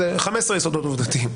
אז יש לי 15 יסודות עובדתיים.